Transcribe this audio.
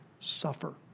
suffer